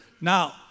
Now